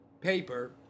paper